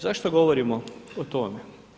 Zašto govorimo o tome?